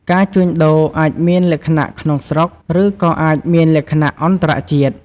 ការជួញដូរអាចមានលក្ខណៈ ក្នុងស្រុក ឬក៏អាចមានលក្ខណៈ អន្តរជាតិ។